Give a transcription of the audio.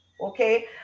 okay